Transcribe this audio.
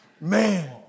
Man